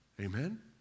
Amen